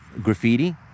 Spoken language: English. graffiti